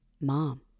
mom